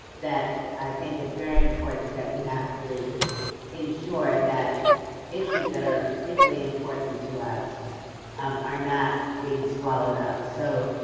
that i think it's very important that we have to ensure that issues that are particularly important to us um are not being swallowed up. so,